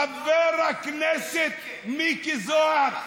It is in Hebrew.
חבר הכנסת מיקי זוהר.